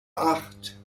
acht